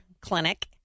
clinic